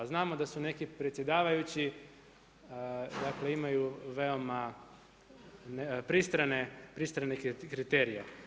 Znamo da su neki predsjedavajući, dakle imaju veoma pristrane kriterije.